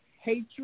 hatred